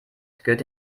gehört